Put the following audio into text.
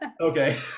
okay